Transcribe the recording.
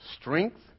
strength